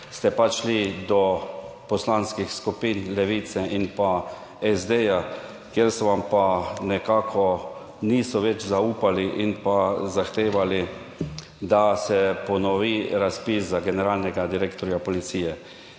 ste pa šli do poslanskih skupin Levice in pa SD, kjer so vam pa nekako niso več zaupali in pa zahtevali, da se ponovi razpis za generalnega direktorja policije.